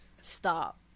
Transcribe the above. Stop